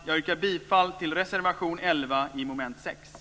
Jag yrkar bifall till reservation nr 11